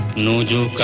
lawyer